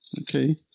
okay